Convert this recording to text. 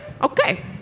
okay